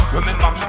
Remember